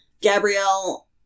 Gabrielle